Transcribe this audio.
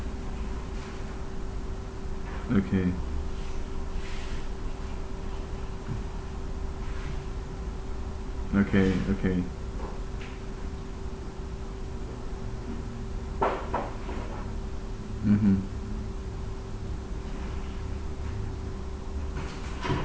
okay okay okay mmhmm